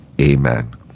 Amen